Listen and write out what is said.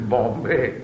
Bombay